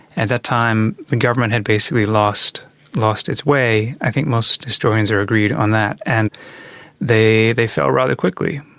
at that time, the government had basically lost lost its way i think most historians are agreed on that and they they fell rather quickly.